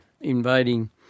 invading